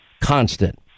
constant